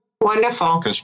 Wonderful